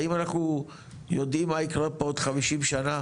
האם אנחנו יודעים מה יקרה פה בעוד 50 שנים?